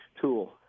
tool